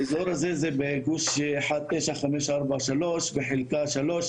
האזור הזה הוא בגוש 19543 בחלקה 3,